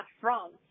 France